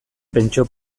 pentsio